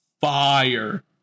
Fire